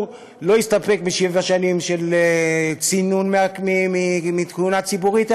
לא יסתפק בשבע שנים של צינון מכהונה ציבורית,